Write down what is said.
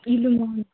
ଇଲୋ ମାଆଲୋ